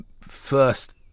first